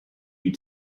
you